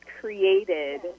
created